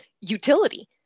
utility